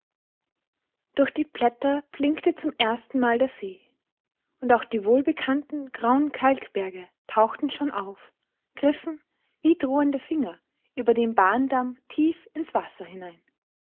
durch die blätter blinkte zum ersten mal der see und auch die wohlbekannten grauen kalkberge tauchten schon auf griffen wie drohende finger über den bahndamm tief ins wasser hinein